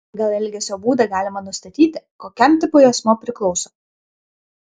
pagal elgesio būdą galima nustatyti kokiam tipui asmuo priklauso